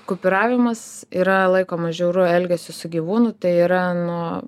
kupiūravimas yra laikomas žiauriu elgesiu su gyvūnu tai yra nuo